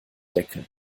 deckeln